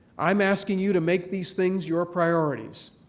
i'm asking you to make these things your priorities.